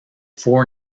four